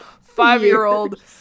five-year-old